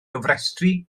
gofrestru